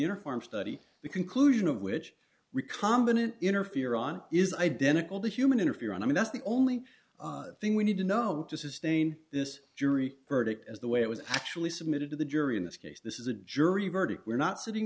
uniform study the conclusion of which recombinant interferon is identical to human interferon i mean that's the only thing we need to know to sustain this jury verdict as the way it was actually submitted to the jury in this case this is a jury verdict we're not sitting